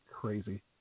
crazy